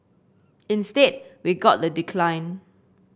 instead we got the decline